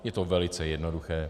Je to velice jednoduché.